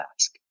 ask